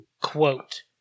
quote